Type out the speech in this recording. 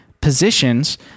positions